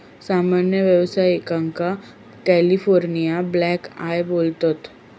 सामान्य व्यावसायिकांका California blackeye बोलतत